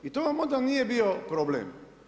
I to vam onda nije bio problem.